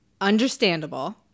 understandable